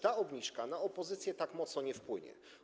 Ta obniżka na opozycję tak mocno nie wpłynie.